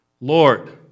Lord